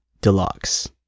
Deluxe